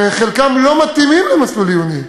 וחלקם לא מתאימים למסלול עיוני.